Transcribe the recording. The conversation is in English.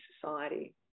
society